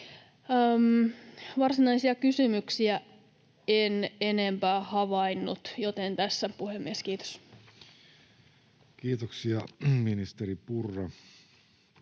Varsinaisia kysymyksiä en enempää havainnut, joten tässä, puhemies. — Kiitos. [Speech 119]